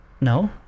No